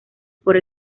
por